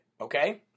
okay